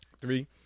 Three